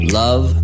love